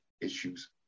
issues